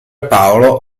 paolo